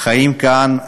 חיים כאן,